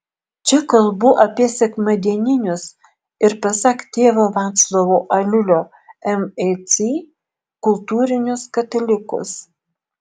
čia kalbu apie sekmadieninius ir pasak tėvo vaclovo aliulio mic kultūrinius katalikus